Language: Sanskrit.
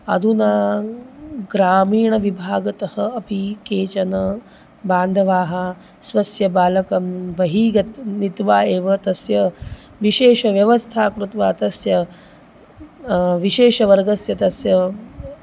अधुना ग्रामीणविभागतः अपि केचन बान्धवाः स्वस्य बालकं बहिः गत् नीत्वा एव तस्य विशेषव्यवस्थां कृत्वा तस्य विशेषवर्गस्य तस्य